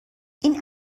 این